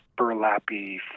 burlappy